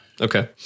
Okay